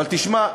אבל תשמע,